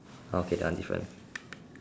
okay that one different